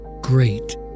great